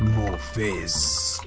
fizz.